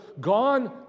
gone